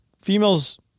females